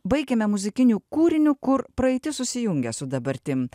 baikime muzikiniu kūriniu kur praeitis susijungia su dabartim